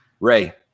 Ray